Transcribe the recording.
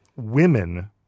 women